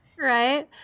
Right